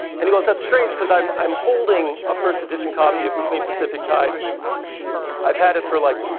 and he goes, that's strange, because i'm i'm holding a first edition copy of between pacific tides i've had it for, like,